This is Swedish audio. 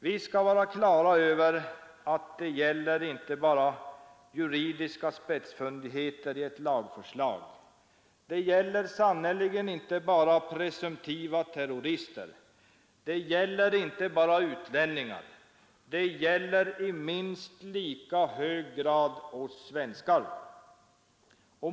Vi skall vara klara över att det gäller inte bara juridiska spetsfundigheter i ett lagförslag, det gäller sannerligen inte bara ”presumtiva terrorister”, det gäller inte bara utlänningar — det gäller i minst lika hög grad oss svenskar.